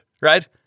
right